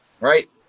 Right